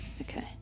Okay